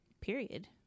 period